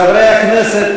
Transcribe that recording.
חברי הכנסת,